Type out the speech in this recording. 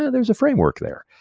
ah there's a framework there.